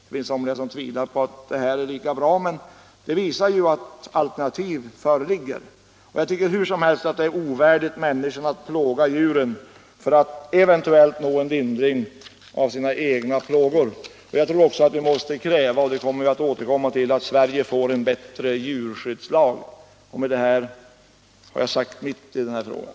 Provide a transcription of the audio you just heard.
Det finns somliga som tvivlar på att den metoden är lika bra, men den visar ändå att alternativ föreligger. Hur som helst är det ovärdigt människan att plåga djuren för att eventuellt nå en lindring av sina egna plågor. Jag tror också att vi måste kräva — och det skall vi återkomma till — att Sverige får en bättre djurskyddslag. Med detta har jag sagt mitt i den här frågan.